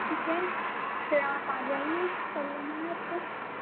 ٹھیک ہے پھر آپ آ جائیے کب لینا ہے آپ کو